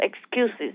excuses